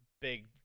big